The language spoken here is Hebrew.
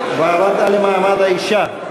הוועדה למעמד האישה.